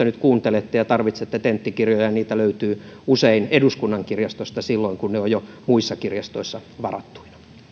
nyt kuuntelette ja tarvitsette tenttikirjoja niitä löytyy usein eduskunnan kirjastosta silloin kun ne ovat jo muissa kirjastoissa varattuina